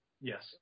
Yes